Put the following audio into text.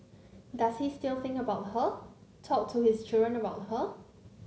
does he still think about her talk to his children about her